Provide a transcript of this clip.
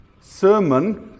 sermon